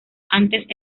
antes